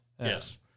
Yes